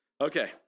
Okay